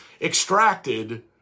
extracted